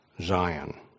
Zion